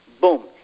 boom